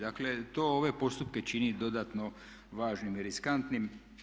Dakle, to ove postupke čini dodatno važnim i riskantnim.